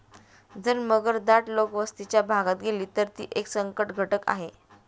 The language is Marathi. जर मगर दाट लोकवस्तीच्या भागात गेली, तर ती एक संकटघटक आहे